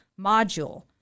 module